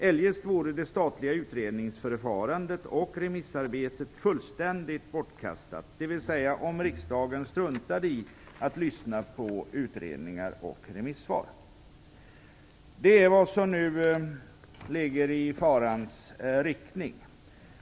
Eljest vore det statliga utredningsförfarandet och remissarbetet fullständigt bortkastat, dvs. om riksdagen struntade i att lyssna på utredningar och remisssvar. Det är vad som nu ligger i farans riktning.